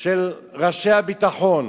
של ראשי הביטחון,